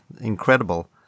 incredible